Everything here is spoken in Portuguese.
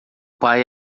pai